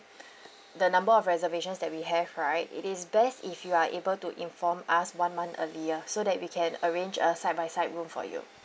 the number of reservations that we have right it is best if you are able to inform us one month earlier so that we can arrange a side by side room for you